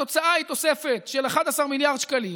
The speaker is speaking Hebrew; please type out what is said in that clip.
התוצאה היא תוספת של 11 מיליארד שקלים